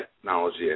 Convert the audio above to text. Technology